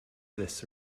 this